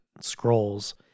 scrolls